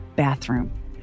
bathroom